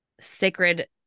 sacred